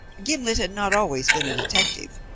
gimblet had not always been a detective.